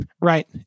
right